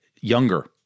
Younger